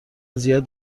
زیاد